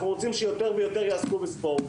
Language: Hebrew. אנחנו רוצים שיותר ויותר יעסקו בספורט,